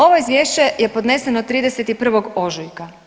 Ovo Izvješće je podneseno 31. ožujka.